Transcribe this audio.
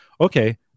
okay